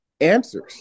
answers